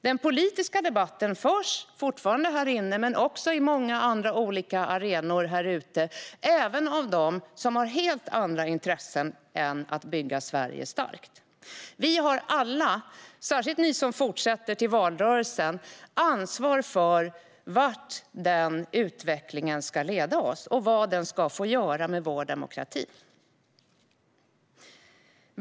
Den politiska debatten förs fortfarande här inne, men också på många andra arenor utanför, även av dem som har helt andra intressen än att bygga Sverige starkt. Vi har alla, särskilt ni som fortsätter till valrörelsen, ansvar för vart den utvecklingen ska leda oss och vad den ska få göra med vår demokrati.